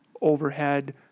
overhead